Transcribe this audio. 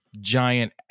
giant